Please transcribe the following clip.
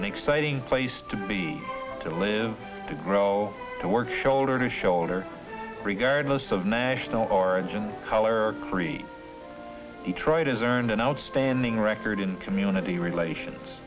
an exciting place to be to live to grow to work shoulder to shoulder regardless of national origin color or creed detroit has earned an outstanding record in community relations